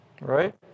right